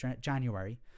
january